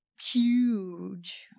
huge